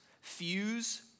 Fuse